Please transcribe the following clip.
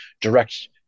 direct